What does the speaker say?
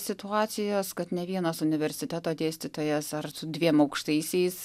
situacijos kad ne vienas universiteto dėstytojas ar su dviem aukštaisiais